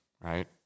right